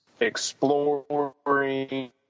exploring